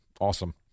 Awesome